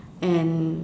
and